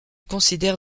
considère